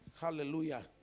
Hallelujah